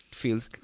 feels